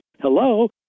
hello